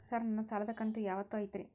Sir ನನ್ನ ಸಾಲದ ಕಂತು ಯಾವತ್ತೂ ಐತ್ರಿ?